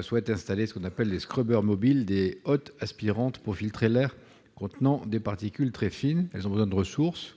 souhaitent aussi installer ce qu'on appelle des mobiles, c'est-à-dire des hottes aspirantes pour filtrer l'air contenant des particules très fines. Elles ont besoin de ressources.